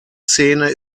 szene